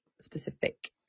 specific